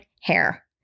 hair